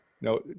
No